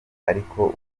ariko